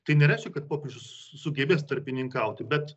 tai nereiškia kad popiežius sugebės tarpininkauti bet